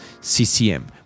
CCM